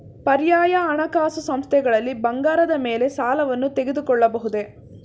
ಪರ್ಯಾಯ ಹಣಕಾಸು ಸಂಸ್ಥೆಗಳಲ್ಲಿ ಬಂಗಾರದ ಮೇಲೆ ಸಾಲವನ್ನು ತೆಗೆದುಕೊಳ್ಳಬಹುದೇ?